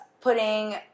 putting